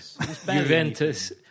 Juventus